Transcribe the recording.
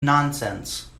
nonsense